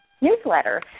newsletter